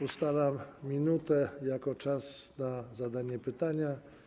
Ustalam 1 minutę jako czas na zadanie pytania.